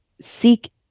seek